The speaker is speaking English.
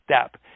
step